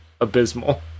abysmal